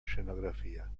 scenografia